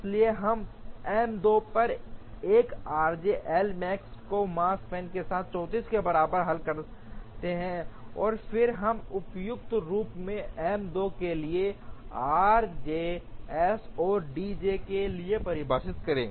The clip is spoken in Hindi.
इसलिए हम M 2 पर 1 आरजे एल मैक्स को माकस्पैन के साथ 34 के बराबर हल करते हैं और फिर हम उपयुक्त रूप से M 2 के लिए r js और d j के लिए परिभाषित करें